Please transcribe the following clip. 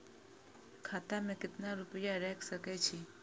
खाता में केतना रूपया रैख सके छी?